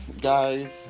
guys